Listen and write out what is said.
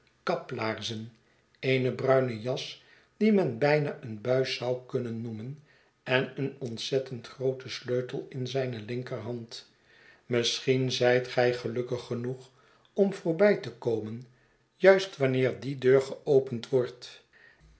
kaplaarzen eene bruine jas die men bijna een bais zou kunnen noemen en een ontzettend grooten sleutel in zijne linkerhand misschien zijt g tj gelukkig genoeg om voorbij te komen juist wanneer die deur geopend wordt